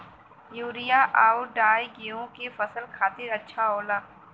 urea आउर डाई गेहूं के फसल खातिर अच्छा होला